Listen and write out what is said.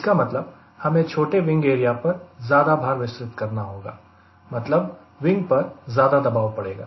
इसका मतलब हमें छोटे विंग एरिया पर ज्यादा भार विस्तृत करना होगा मतलब विंग पर ज्यादा दबाव पड़ेगा